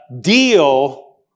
deal